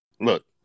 look